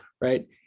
right